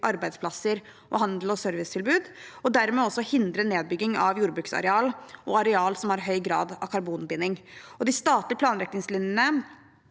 arbeidsplasser, handel og servicetilbud og dermed også hindre nedbygging av jordbruksareal og areal som har høy grad av karbonbinding. De statlige planretningslinjene